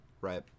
right